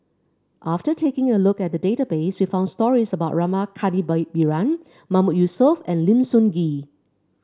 after taking a look at the database we found stories about Rama Mahmood Yusof and Lim Sun Gee